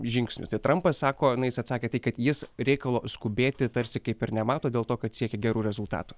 žingsnius tai trampas sako na jisai atsakė tai kad jis reikalo skubėti tarsi kaip ir nemato dėl to kad siekia gerų rezultatų